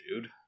dude